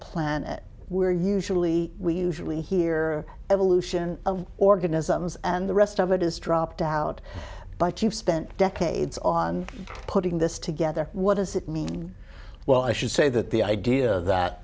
planet we're usually we usually hear evolution organisms and the rest of it is dropped out but you've spent decades on putting this together what does it mean well i should say that the idea that